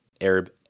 Arab